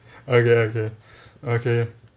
okay okay okay